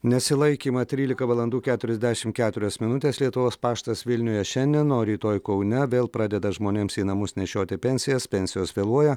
nesilaikymą trylika valandų keturiasdešimt keturios minutės lietuvos paštas vilniuje šiandien o rytoj kaune vėl pradeda žmonėms į namus nešioti pensijas pensijos vėluoja